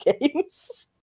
games